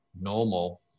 normal